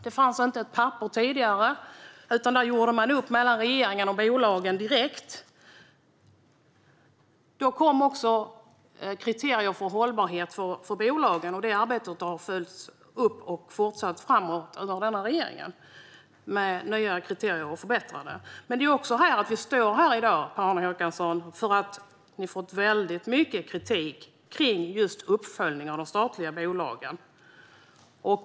Det fanns inte ett enda papper tidigare, utan man gjorde upp direkt mellan regeringen och bolagen. Det kom också kriterier för hållbarhet för bolagen. Detta arbete har följts upp och fortsatt framåt under denna regering med nya och förbättrade kriterier. Men det är också så, Per-Arne Håkansson, att vi står här i dag därför att ni har fått väldigt mycket kritik för uppföljningen av de statliga bolagen.